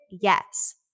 Yes